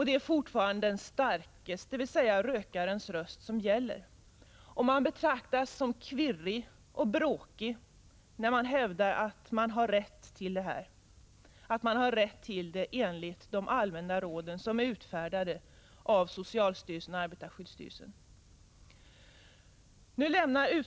Det är fortfarande den starkes, rökarens, röst som gäller. Man betraktas som kvirrig och bråkig om man hävdar att man enligt de allmänna råd som är utfärdade av socialstyrelsen och arbetarskyddsstyrelsen har rätt till rökfri miljö.